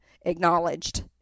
acknowledged